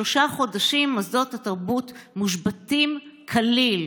שלושה חודשים מוסדות התרבות מושבתים כליל,